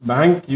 Bank